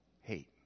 hate